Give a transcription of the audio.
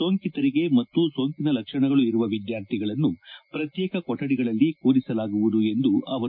ಸೋಂಕಿತರಿಗೆ ಮತ್ತು ಸೋಂಕಿನ ಲಕ್ಷಣಗಳು ಇರುವ ವಿದ್ಯಾರ್ಥಿಗಳನ್ನು ಪ್ರತ್ಯೇಕ ಕೊಠಡಿಗಳಲ್ಲಿ ಕೂರಿಸಲಾಗುವುದು ಎಂದರು